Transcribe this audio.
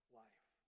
life